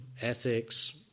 ethics